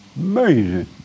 Amazing